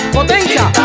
potencia